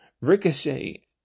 Ricochet